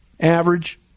average